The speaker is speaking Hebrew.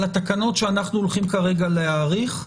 על התקנות שאנחנו הולכים כרגע להאריך,